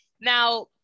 Now